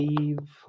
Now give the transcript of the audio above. Leave